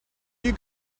you